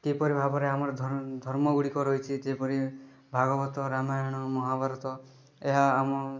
କିପରି ଭାବରେ ଆମର ଧ ଧର୍ମ ଗୁଡ଼ିକ ରହିଛି ଯେପରି ଭାଗବତ ରାମାୟଣ ମହାଭାରତ ଏହା ଆମ